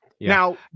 Now